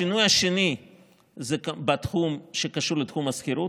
השינוי השני זה בתחום שקשור לתחום השכירות.